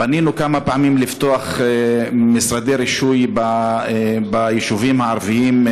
פנינו כמה פעמים בבקשה לפתוח משרדי רישוי ביישובים הערביים.